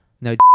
No